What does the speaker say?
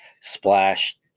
splash